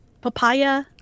papaya